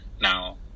Now